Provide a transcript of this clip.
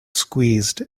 squeezed